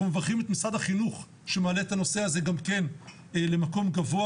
מברכים את משרד החינוך שמעלה את הנושא הזה גם כן למקום גבוה.